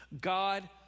God